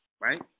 right